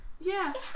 yes